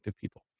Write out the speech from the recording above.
people